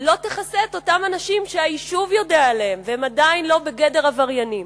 לא תכסה את אותם אנשים שהיישוב יודע עליהם והם עדיין לא בגדר עבריינים.